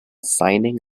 signing